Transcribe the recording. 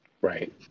Right